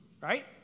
right